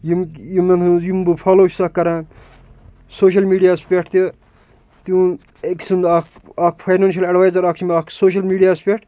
یِم یِمَن ہٕنٛز یِم بہٕ فالَو چھُسَکھ کران سوشَل میٖڈیاہَس پٮ۪ٹھ تہِ تِہُنٛد أکۍ سُنٛد اَکھ اَکھ فاینانشَل اٮ۪ڈوایزَر اَکھ چھِ مےٚ اَکھ سوشَل میٖڈیاہَس پٮ۪ٹھ